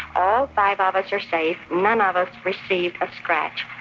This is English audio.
all five ah of us are safe, none of us received a scratch.